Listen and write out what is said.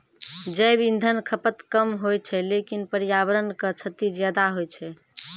जैव इंधन खपत कम होय छै लेकिन पर्यावरण क क्षति ज्यादा होय छै